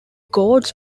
gods